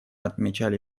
отмечали